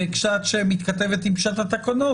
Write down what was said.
וכשאת מתכתבת עם פשט התקנות,